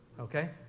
Okay